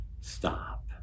stop